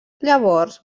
llavors